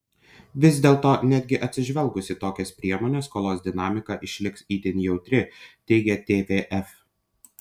vis dėto netgi atsižvelgus į tokias priemones skolos dinamika išliks itin jautri teigia tvf